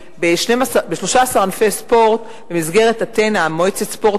ב-13 ענפי ספורט במסגרת "אתנה" מועצת ספורט